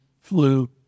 flu